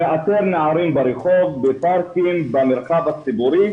שמאתר נערים ברחוב, בפארקים, במרחב הציבורי.